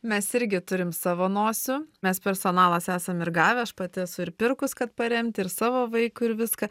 mes irgi turim savo nosių mes personalas esam ir gavę aš pati esu ir pirkus kad paremti ir savo vaikui ir viską